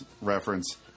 reference